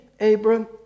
Abram